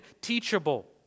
teachable